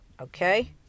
Okay